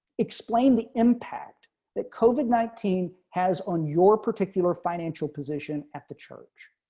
explain the impact that coven nineteen has on your particular financial position at the church.